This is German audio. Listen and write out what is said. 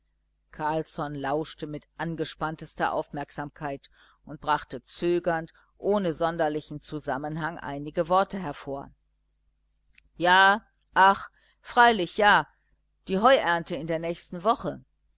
carlsson lauschte mit gespanntester aufmerksamkeit und brachte zögernd ohne sonderlichen zusammenhang einige worte hervor ja ach freilich ja die heuernte in der nächsten woche